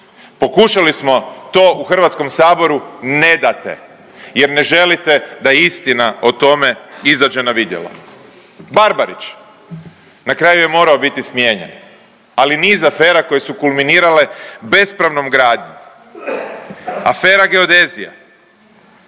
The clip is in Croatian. Pokušali smo to u Hrvatskom saboru ne date, jer ne želite da istina o tome izađe na vidjelo. Barbarić, na kraju je morao biti smijenjen, ali niz afera koje su kulminirale bespravnom gradnjom. Afera „Geodezija“